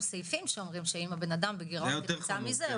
סעיפים שאומרים שאם הבנאדם בגרעון --- בכלל יפוטר.